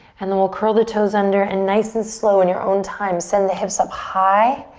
and then we'll curl the toes under and nice and slow in your own time send the hips up high.